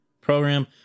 program